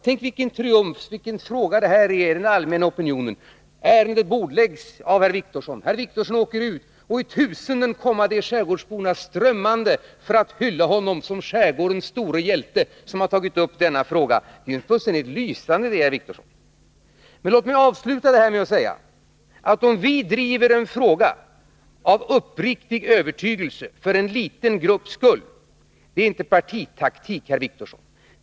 Tänk vilken fråga det här är med tanke på den allmänna opinionen: Ärendet bordläggs av herr Wictorsson. Herr Wictorsson åker ut till skärgårdsborna, och i tusenden komma de strömmande för att hylla honom som skärgårdens store hjälte, som har tagit upp denna fråga! Det är ju en fullständigt lysande idé, herr Wictorsson! Låt mig avsluta detta med att säga att om vi av uppriktig övertygelse driver en fråga för en liten grupps skull, då är inte det partitaktik, herr Wictorsson.